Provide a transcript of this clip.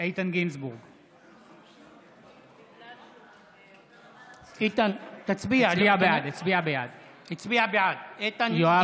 יואב